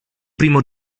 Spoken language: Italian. primo